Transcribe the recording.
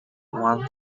one